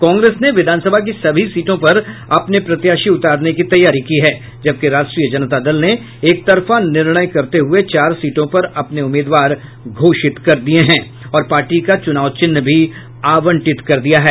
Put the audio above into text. कांग्रेस ने विधानसभा की सभी सीटों पर अपने प्रत्याशी उतारने की तैयारी की है जबकि राष्ट्रीय जनता दल ने एकतरफा निर्णय करते हुए चार सीटों पर अपने उम्मीदवार घोषित कर दिये हैं और पार्टी का चुनाव चिन्ह भी आवंटित कर दिया है